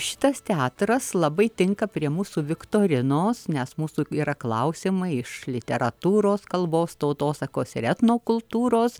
šitas teatras labai tinka prie mūsų viktorinos nes mūsų yra klausimai iš literatūros kalbos tautosakos ir etnokultūros